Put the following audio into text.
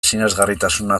sinesgarritasuna